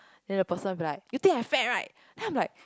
then the person will be like you think I'm fat right then I'm like